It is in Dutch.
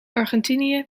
argentinië